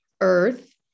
earth